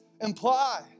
imply